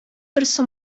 берсе